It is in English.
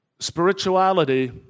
spirituality